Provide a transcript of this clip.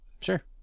Sure